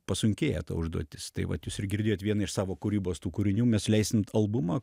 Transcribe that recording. pasunkėja ta užduotis tai vat jūs ir girdėjot vieną iš savo kūrybos tų kūrinių mes leisim albumą